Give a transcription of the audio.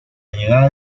llegada